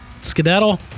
skedaddle